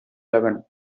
eleven